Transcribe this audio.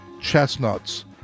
chestnuts